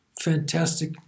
fantastic